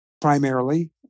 primarily